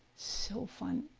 so fun.